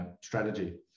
strategy